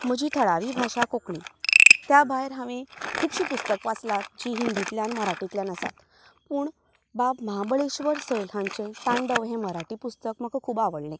म्हजी थळावी भाशा कोंकणी त्या भायर हांवें खुबशीं पुस्तक वाचलात जी हिंन्दीतल्यान मराठींतल्यान आसात पूण बाब महाबळेश्वर सैल हांचे तांडव हे मराठी पुस्तक म्हाका खूब आवडलें